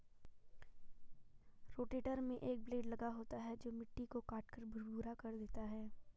rotator में एक blade लगा होता है जो मिट्टी को काटकर भुरभुरा कर देता है